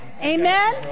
Amen